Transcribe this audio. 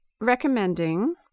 recommending